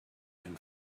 and